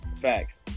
Facts